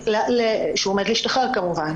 כשהוא עומד להשתחרר כמובן.